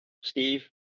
Steve